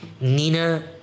Nina